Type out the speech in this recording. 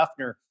Duffner